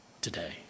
today